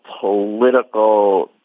political